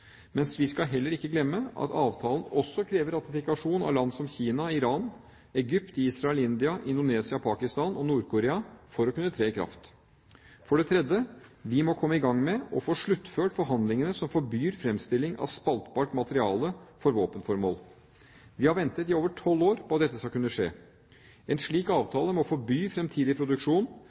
vi skal heller ikke glemme at avtalen også krever ratifikasjon av land som Kina, Iran, Egypt, Israel, India, Indonesia, Pakistan og Nord-Korea for å kunne tre i kraft. For det fjerde: Vi må komme i gang med og få sluttført forhandlingene som forbyr fremstilling av spaltbart materiale for våpenformål. Vi har ventet i over tolv år på at dette skal kunne skje. En slik avtale må forby fremtidig produksjon,